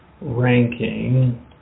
ranking